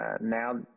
now